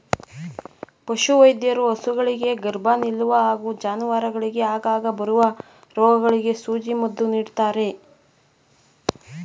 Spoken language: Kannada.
ಪಶುವೈದ್ಯರು ಹಸುಗಳಿಗೆ ಗರ್ಭ ನಿಲ್ಲುವ ಹಾಗೂ ಜಾನುವಾರುಗಳಿಗೆ ಆಗಾಗ ಬರುವ ರೋಗಗಳಿಗೆ ಸೂಜಿ ಮದ್ದು ನೀಡ್ತಾರೆ